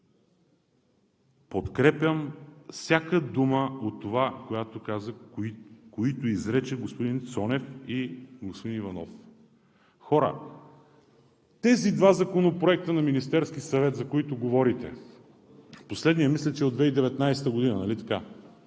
подкрепям всяка дума от това, което изрекоха господин Цонев и господин Иванов. Хора, по тези два законопроекта на Министерския съвет, за които говорите – последният мисля, че е от 2019 г., нали така,